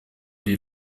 die